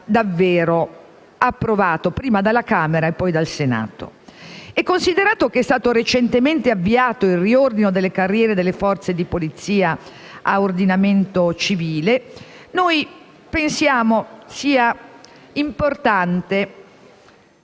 davvero approvato prima dalla Camera e poi dal Senato. Considerato che è stato recentemente avviato il riordino delle carriere delle forze di polizia a ordinamento civile, pensiamo sia importante